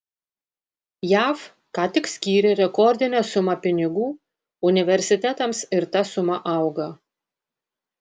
jav ką tik skyrė rekordinę sumą pinigų universitetams ir ta suma auga